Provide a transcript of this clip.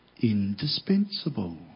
indispensable